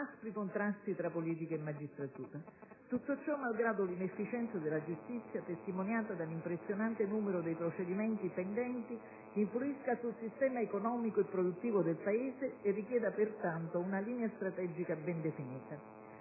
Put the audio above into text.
aspri contrasti fra politica e magistratura. Tutto ciò malgrado l'inefficienza della giustizia, testimoniata dall'impressionante numero dei procedimenti pendenti, influisca sul sistema economico e produttivo del Paese e richieda pertanto una linea strategica ben definita.